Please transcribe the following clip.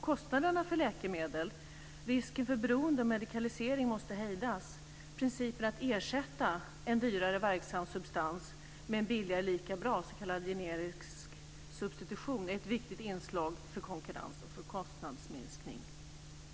Kostnaderna för läkemedel och risken för beroende och medikalisering måste hejdas. Principen att ersätta en dyrare verksam substans med en billigare lika bra, s.k. generisk substitution, är ett viktigt inslag för konkurrens och för kostnadsminskning.